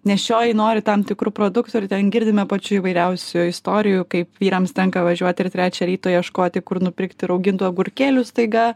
nėščioji nori tam tikrų produktų ir ten girdime pačių įvairiausių istorijų kaip vyrams tenka važiuoti ir trečią ryto ieškoti kur nupirkti raugintų agurkėlių staiga